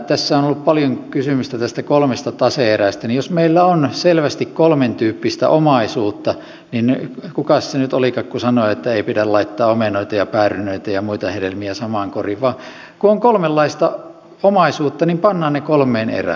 tässä on ollut paljon kysymystä näistä kolmesta tase erästä niin jos meillä on selvästi kolmentyyppistä omaisuutta niin kukas se nyt olikaan joka sanoi että ei pidä laittaa omenoita ja päärynöitä ja muita hedelmiä samaan koriin pannaan ne kolmeen erään